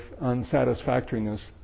unsatisfactoriness